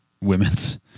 women's